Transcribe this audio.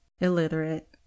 illiterate